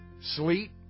sleet